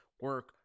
Work